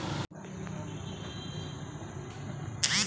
debit card ल लोगन मन ए.टी.एम कारड के नांव ले घलो जानथे